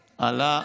איתך, אני על הטקסט,